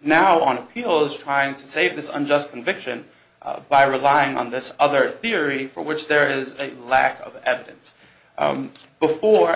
now on appeal is trying to save this unjust conviction by relying on this other theory for which there is a lack of evidence before